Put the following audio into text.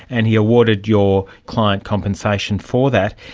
and he awarded your client compensation for that.